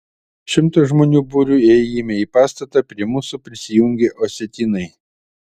šimto žmonių būriu įėjime į pastatą prie mūsų prisijungė osetinai